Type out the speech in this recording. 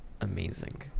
amazing